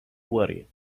worried